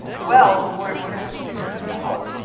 well, we're we're going to have to figure this out.